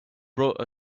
brought